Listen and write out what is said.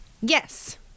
Yes